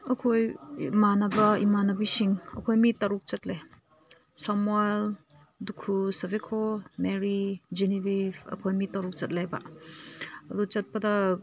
ꯑꯩꯈꯣꯏ ꯏꯃꯥꯟꯅꯕ ꯏꯃꯥꯟꯅꯕꯤꯁꯤꯡ ꯑꯩꯈꯣꯏ ꯃꯤ ꯇꯔꯨꯛ ꯆꯠꯂꯦ ꯁꯃ꯭ꯋꯦꯜ ꯗꯨꯈꯨꯁ ꯁꯕꯤꯈꯣ ꯃꯦꯔꯤ ꯖꯦꯅꯤꯕꯤꯐ ꯑꯩꯈꯣꯏ ꯃꯤ ꯇꯔꯨꯛ ꯆꯠꯂꯦꯕ ꯑꯗꯨ ꯆꯠꯄꯗ